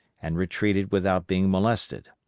and retreated without being molested.